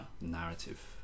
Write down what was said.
narrative